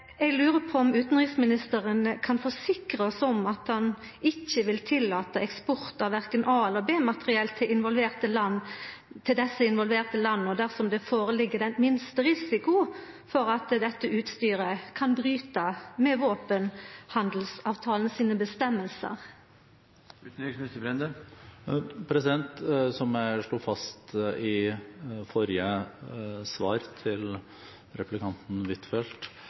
Eg lurer på om utanriksministeren kan forsikra oss om at han ikkje vil tillata eksport av korkje A- eller B-materiell til desse involverte landa dersom det føreligg den minste risiko for at dette utstyret kan bryta med våpenhandelsavtalen sine føresegner? Som jeg slo fast i forrige svar til replikanten